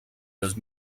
los